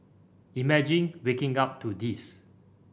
imagine waking up to this